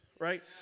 right